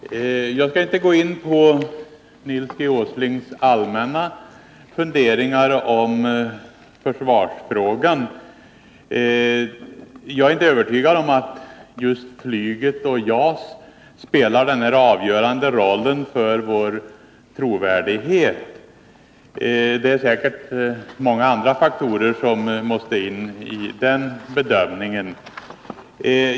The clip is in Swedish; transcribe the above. Herr talman! Jag skall inte gå in på Nils G. Åslings allmänna funderingar om försvarsfrågan. Jag är inte övertygad om att just flyget och JAS spelar den avgörande roll för vår trovärdighet som han tror. Det är säkert många andra faktorer som måste in i den bedömningen.